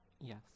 Yes